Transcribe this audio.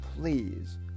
please